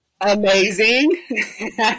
Amazing